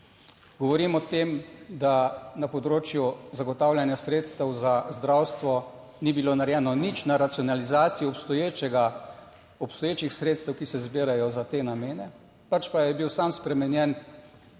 govorim o tem, da na področju zagotavljanja sredstev za zdravstvo ni bilo narejeno nič, na racionalizaciji obstoječih sredstev, ki se zbirajo za te namene, pač pa je bil sam spremenjen